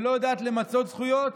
ולא יודעת למצות זכויות,